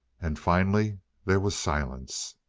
and finally there was silence.